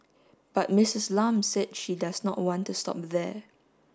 but Missus Lam said she does not want to stop there